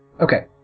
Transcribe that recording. Okay